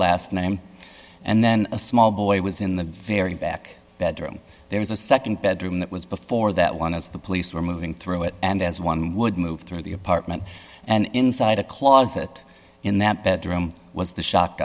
last name and then a small boy was in the very back bedroom there is a nd bedroom that was before that one as the police were moving through it and as one would move through the apartment and inside a closet in that bedroom was the sho